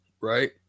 right